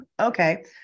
okay